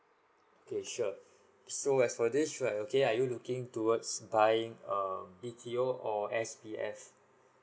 okay sure so as for this right okay are you looking towards buying a B_T_O or S_B_F